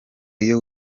iyo